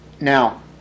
Now